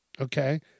Okay